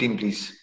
please